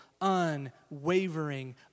unwavering